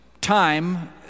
time